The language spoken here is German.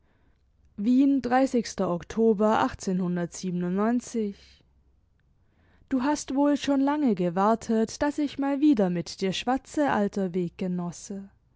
wien oktober du hast wohl schon lange gewartet daß ich mal wieder mit dir schwatze alter weggenosse